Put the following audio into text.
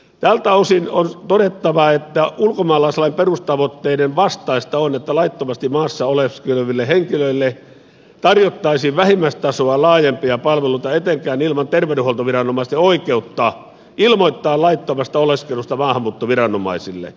tältä osin on todettava että ulkomaalaislain perustavoitteiden vastaista on että laittomasti maassa oleskeleville henkilöille tarjottaisiin vähimmäistasoa laajempia palveluita etenkään ilman terveydenhuoltoviranomaisten oikeutta ilmoittaa laittomasta oleskelusta maahanmuuttoviranomaisille